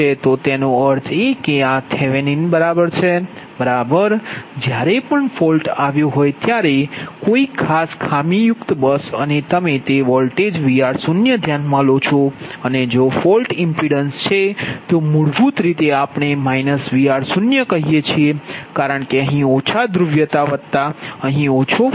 તો તેનો અર્થ એ કે આ થેવેનિન બરાબર છે બરાબર જ્યારે પણ ફોલ્ટ આવ્યો હોય ત્યારે કોઈ ખાસ ખામીયુક્ત બસ અને તમે તે વોલ્ટેજ Vr0 ધ્યાનમાં લો છો અને જો ફોલ્ટ ઇમ્પિડન્સ છે તો મૂળભૂત રીતે આપણે Vr0 કહીએ છીએ કે કારણ કે અહીં ઓછા ધ્રુવીયતા વત્તા અહીં ઓછો